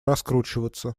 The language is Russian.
раскручиваться